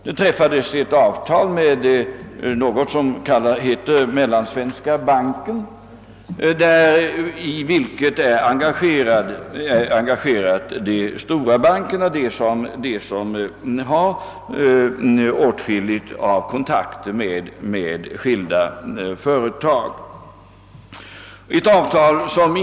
Det träffades ett avtal med Mellansvenska banken, i vilken de stora bankerna, de som har åtskilliga kontakter med skilda företag, är engagerade.